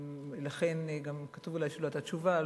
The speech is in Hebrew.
ולכן גם כתוב אולי שלא תהיה תשובה,